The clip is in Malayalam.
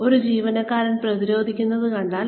ഒരു ജീവനക്കാരൻ പ്രതിരോധിക്കുന്നത് കണ്ടാൽ